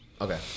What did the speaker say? okay